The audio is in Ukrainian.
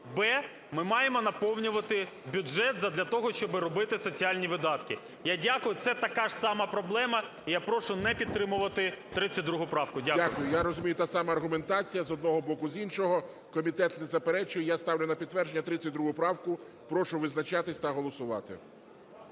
б) ми маємо наповнювати бюджет задля того, щоб робити соціальні видатки. Я дякую. Це така ж сама проблема. І я прошу не підтримувати 32 правку. ГОЛОВУЮЧИЙ. Дякую. Я розумію, та сама аргументація, з одного боку і з іншого. Комітет не заперечує. І я ставлю на підтвердження 32 правку. Прошу визначатись та голосувати.